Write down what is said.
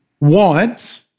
want